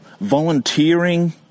volunteering